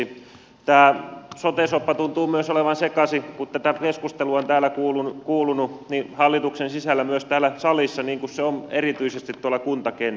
myös tämä sote soppa tuntuu olevan sekaisin kun tätä keskustelua on täällä kuullut hallituksen sisällä myös täällä salissa niin kuin se on erityisesti tuolla kuntakentällä